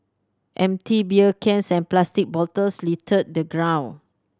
empty beer cans and plastic bottles littered the ground